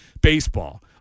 baseball